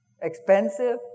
expensive